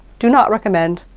do not recommend.